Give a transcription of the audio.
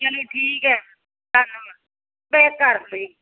ਚਲੋ ਠੀਕ ਹੈ ਪੈਕ ਕਰ ਦਿਓ